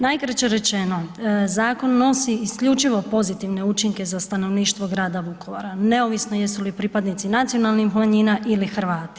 Najkraće rečeno, zakon nosi isključivo pozitivne učinke za stanovništvo Grada Vukovara neovisno jesu li pripadnici nacionalnih manjina ili Hrvati.